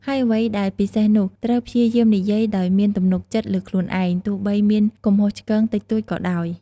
ហើយអ្វីដែលពិសេសនោះ ត្រូវព្យាយាមនិយាយដោយមានទំនុកចិត្តលើខ្លួនឯង ទោះបីមានកំហុសឆ្គងតិចតួចក៏ដោយ។